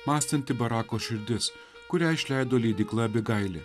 mąstanti barako širdis kurią išleido leidykla abigailė